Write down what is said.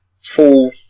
full